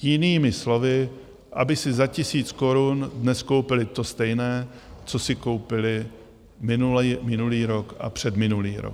Jinými slovy, aby si za tisíc korun dnes koupili to stejné, co si koupili minulý rok a předminulý rok.